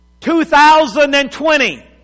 2020